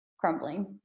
crumbling